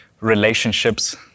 relationships